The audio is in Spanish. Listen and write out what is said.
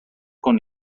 con